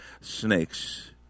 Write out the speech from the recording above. snakes